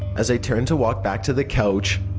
as i turned to walk back to the couch,